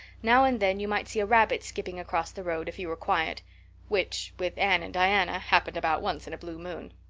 now and then you might see a rabbit skipping across the road if you were quiet which, with anne and diana, happened about once in a blue moon.